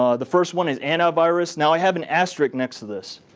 ah the first one is antivirus. now i have an asterisk next to this.